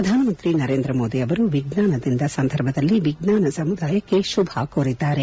ಪ್ರಧಾನಮಂತ್ರಿ ನರೇಂದ್ರ ಮೋದಿ ಅವರು ವಿಜ್ಞಾನ ದಿನದ ಸಂದರ್ಭದಲ್ಲಿ ವಿಜ್ಞಾನ ಸಮುದಾಯಕ್ಕೆ ಶುಭ ಕೋರಿದ್ದಾರೆ